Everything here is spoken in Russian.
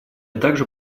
также